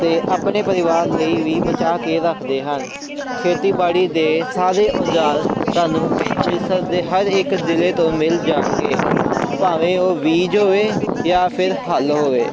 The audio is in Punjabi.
ਅਤੇ ਆਪਣੇ ਪਰਿਵਾਰ ਲਈ ਵੀ ਬਚਾ ਕੇ ਰੱਖਦੇ ਹਨ ਖੇਤੀਬਾੜੀ ਦੇ ਸਾਰੇ ਔਜ਼ਾਰ ਤੁਹਾਨੂੰ ਅੰਮ੍ਰਿਤਸਰ ਦੇ ਹਰ ਇੱਕ ਜ਼ਿਲ੍ਹੇ ਤੋਂ ਮਿਲ ਜਾਣਗੇ ਭਾਵੇਂ ਉਹ ਬੀਜ ਹੋਵੇ ਜਾਂ ਫਿਰ ਹੱਲ ਹੋਵੇ